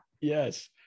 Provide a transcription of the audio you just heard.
Yes